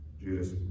Judas